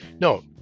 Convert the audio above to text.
no